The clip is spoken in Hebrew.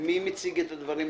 מי מציג את הדברים?